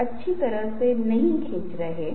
हम कुछ क्षेत्रों को देख रहे हैं